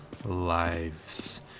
lives